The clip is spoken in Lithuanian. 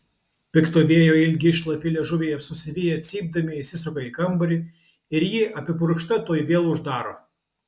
pikto vėjo ilgi šlapi liežuviai susiviję cypdami įsisuka į kambarį ir ji apipurkšta tuoj vėl uždaro